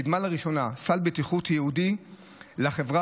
קידמה לראשונה סל בטיחות ייעודי לחברה